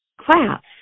class